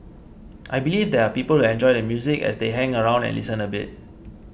I believe there are people enjoy the music as they hang around and listen a bit